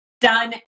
Done